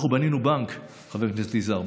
אנחנו בנינו בנק, חבר הכנסת יזהר.